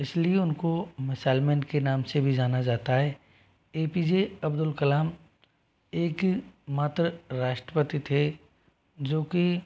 इस लिए उनको मिसाइल मैन के नाम से भी जाना जाता है A P J Abdul Kalam एक मात्र राष्ट्रपति थे जो कि